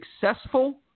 successful